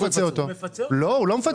הוא לא מפצה.